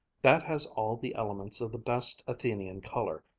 that has all the elements of the best athenian color,